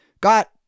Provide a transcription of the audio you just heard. got